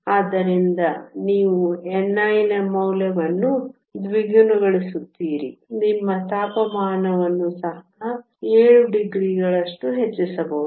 ಆದ್ದರಿಂದ ನೀವು ni ನ ಮೌಲ್ಯವನ್ನು ದ್ವಿಗುಣಗೊಳಿಸುತ್ತೀರಿ ನಿಮ್ಮ ತಾಪಮಾನವನ್ನು 7 ಡಿಗ್ರಿಗಳಷ್ಟು ಹೆಚ್ಚಿಸಬೇಕು